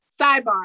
Sidebar